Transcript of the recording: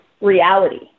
reality